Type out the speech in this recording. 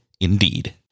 indeed